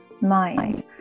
mind